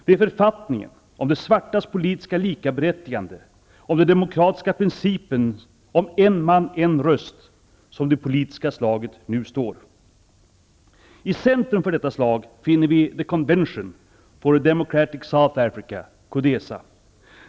Det är om författningen, om de svartas politiska likaberättigande, om den demokratiska principen ''en man, en röst'', som det politiska slaget nu står. I centrum för detta slag finner vi The Convention for a Democratic South Africa, CODESA.